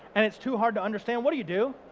and it's too hard to understand, what do you do?